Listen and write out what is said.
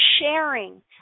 sharing